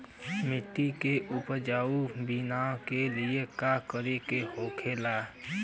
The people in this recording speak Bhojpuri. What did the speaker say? मिट्टी के उपजाऊ बनाने के लिए का करके होखेला?